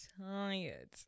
tired